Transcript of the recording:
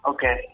Okay